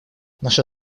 наша